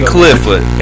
Clifford